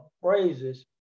phrases